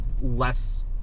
less